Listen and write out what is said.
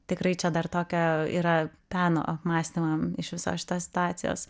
tikrai čia dar tokia yra peno apmąstymam iš visos šitos situacijos